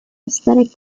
aesthetic